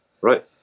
right